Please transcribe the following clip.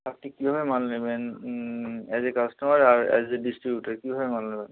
আপনি কীভাবে মাল নেবেন অ্যাস এ কাস্টমার আর অ্যাস এ ডিস্টিবিউটার কীভাবে মাল নেবেন